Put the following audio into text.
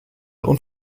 und